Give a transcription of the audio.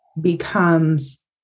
becomes